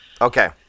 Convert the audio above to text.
okay